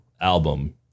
album